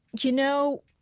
you know,